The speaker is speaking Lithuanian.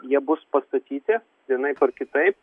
jie bus pastatyti vienaip ar kitaip